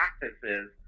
practices